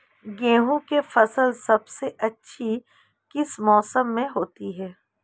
गेंहू की फसल सबसे अच्छी किस मौसम में होती है?